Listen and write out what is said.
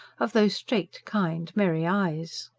of those straight, kind, merry eyes.